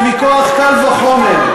זה מכוח קל וחומר.